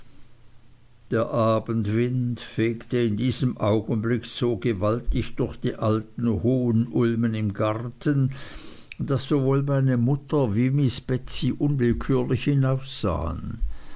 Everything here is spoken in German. der abendwind fegte in diesem augenblick so gewaltig durch die alten hohen ulmen im garten daß sowohl meine mutter wie miß betsey unwillkürlich